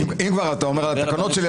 אם כבר אתה מדבר על התקנות שלי,